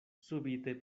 subite